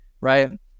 right